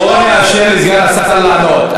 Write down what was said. בואו נאפשר לסגן השר לענות.